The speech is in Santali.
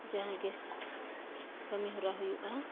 ᱡᱟᱦᱟᱸᱜᱮ ᱠᱟᱹᱢᱤᱦᱚᱨᱟ ᱦᱩᱭᱩᱜᱼᱟ